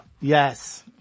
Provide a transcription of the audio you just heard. Yes